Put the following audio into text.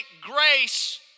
grace